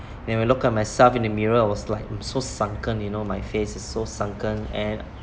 and when I look at myself in the mirror I was like so sunken you know my face is so sunken and